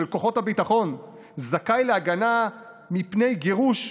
כוחות הביטחון זכאי להגנה מפני גירוש?